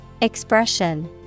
Expression